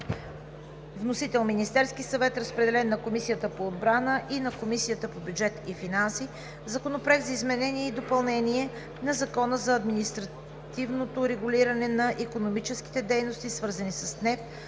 Вносител – Министерският съвет. Разпределен е на Комисията по отбрана и на Комисията по бюджет и финанси. Законопроект за изменение и допълнение на Закона за административното регулиране на икономическите дейности, свързани с нефт